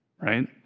right